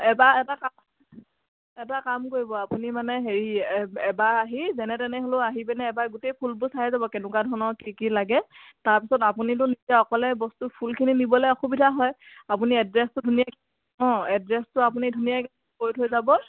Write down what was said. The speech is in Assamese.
এবাৰ এটা কাম এটা কাম কৰিব আপুনি মানে হেৰি এ এবাৰ আহি যেনে তেনে হ'লেও আহি পিনে এবাৰ গোটেই ফুলবোৰ চাই যাব কেনেকুৱা ধৰণৰ কি কি লাগে তাৰপিছত আপুনিতো নিজে অকলে বস্তু ফুলখিনি নিবলৈ অসুবিধা হয় আপুনি এড্ৰেছটো ধুনীয়াকৈ অঁ এড্ৰেছটো আপুনি ধুনীয়াকৈ কৈ থৈ যাব